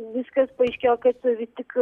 viskas paaiškėjo kad vis tik